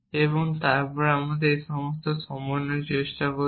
এবং তারপর এই সমস্ত সমন্বয় চেষ্টা করুন